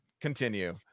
Continue